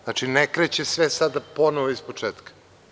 Znači, ne kreće sve sada ponovo iz početka.